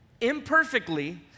imperfectly